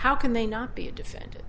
how can they not be a defendant